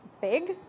big